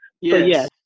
yes